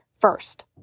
first